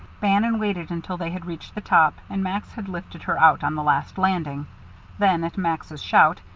bannon waited until they had reached the top, and max had lifted her out on the last landing then, at max's shout,